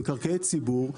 במקרקעי ציבור,